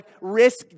risk